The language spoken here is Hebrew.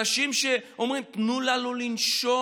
אנשים שאומרים: תנו לנו לנשום,